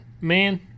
man